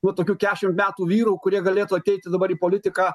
va tokių keturiasdešim metų vyrų kurie galėtų ateiti dabar į politiką